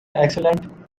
excellent